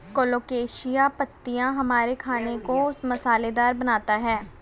colocasia पत्तियां हमारे खाने को मसालेदार बनाता है